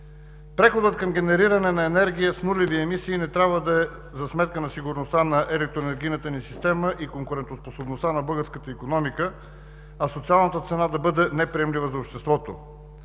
Преходът към генериране на енергия с нулеви емисии не трябва да е за сметка на сигурността на електроенергийната ни система и конкурентоспособността на българската икономика, а социалната цена да бъде неприемлива за обществото.